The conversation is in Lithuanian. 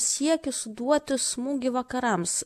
siekį suduoti smūgį vakarams